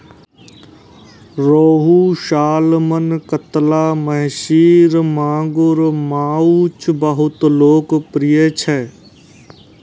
रोहू, सालमन, कतला, महसीर, मांगुर माछ बहुत लोकप्रिय छै